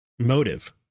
motive